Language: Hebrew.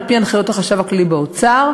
על-פי הנחיות החשב הכללי באוצר,